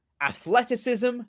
Athleticism